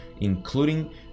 including